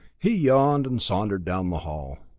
he yawned and sauntered down the hall.